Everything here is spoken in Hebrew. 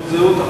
תעודות זהות,